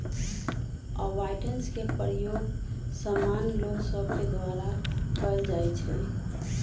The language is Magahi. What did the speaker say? अवॉइडेंस के प्रयोग सामान्य लोग सभके द्वारा कयल जाइ छइ